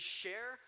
share